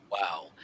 Wow